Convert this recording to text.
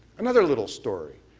another little story.